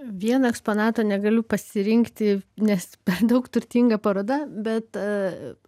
vieno eksponato negaliu pasirinkti nes per daug turtinga paroda bet